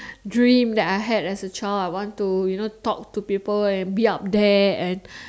dream that I had as a child I want to you know talk to people and be up there and